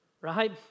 Right